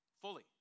fully